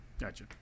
Gotcha